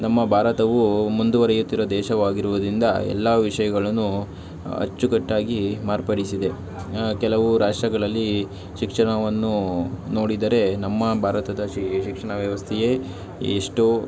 ನಮ್ಮ ಭಾರತವೂ ಮುಂದುವರೆಯುತ್ತಿರುವ ದೇಶವಾಗಿರುವುದರಿಂದ ಎಲ್ಲ ವಿಷಯಗಳನ್ನು ಅಚ್ಚುಕಟ್ಟಾಗಿ ಮಾರ್ಪಡಿಸಿದೆ ಕೆಲವು ರಾಷ್ಟ್ರಗಳಲ್ಲಿ ಶಿಕ್ಷಣವನ್ನೂ ನೋಡಿದರೆ ನಮ್ಮ ಭಾರತದ ಶಿಕ್ಷಣ ವ್ಯವಸ್ಥೆಯೇ ಎಷ್ಟೋ